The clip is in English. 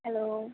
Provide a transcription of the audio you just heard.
hello